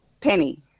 Penny